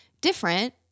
different